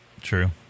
true